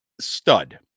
stud